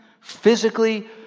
physically